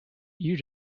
you